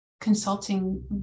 consulting